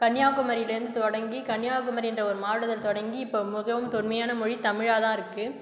கன்னியாகுமரியில் இருந்து தொடங்கி கன்னியாகுமரின்ற ஒரு மாவட்டத்தில் தொடங்கி இப்போது மிகவும் தொன்மையான மொழி தமிழாக தான் இருக்குது